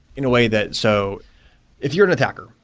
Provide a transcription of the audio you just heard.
in a way that so if you're an attacker,